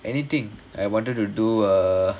anything I wanted to do err